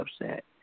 upset